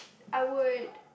I would